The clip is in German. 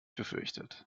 befürchtet